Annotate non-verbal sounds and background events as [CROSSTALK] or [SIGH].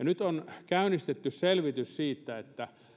[UNINTELLIGIBLE] nyt on käynnistetty selvitys siitä